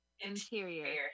Interior